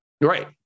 Right